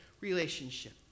relationship